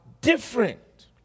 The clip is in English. different